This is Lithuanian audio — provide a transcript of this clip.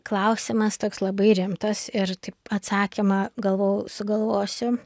klausimas toks labai rimtas ir taip atsakymą galvojau sugalvosiu